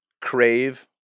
crave